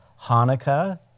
Hanukkah